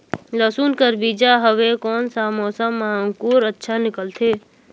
लसुन कर बीजा हवे कोन सा मौसम मां अंकुर अच्छा निकलथे?